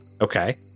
Okay